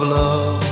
love